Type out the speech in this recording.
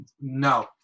no